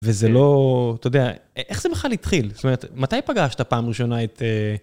וזה לא, אתה יודע, איך זה בכלל התחיל? זאת אומרת, מתי פגשת פעם ראשונה את...